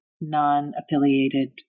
non-affiliated